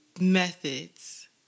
methods